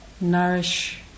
nourish